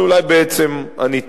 אבל אולי בעצם אני טועה.